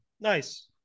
Nice